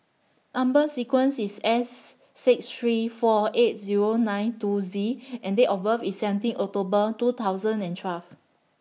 Number sequence IS S six three four eight Zero nine two Z and Date of birth IS seventeen October two thousand and twelve